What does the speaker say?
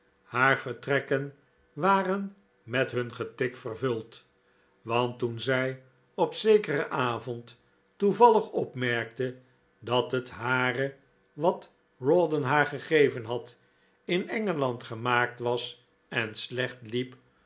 haar vertrekken waren met hun getik vervuld want toen zij op zekeren avond toevallig opmerkte dat het hare wat rawdon haar gegeven had in engeland gemaakt was en slecht liep